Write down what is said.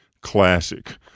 classic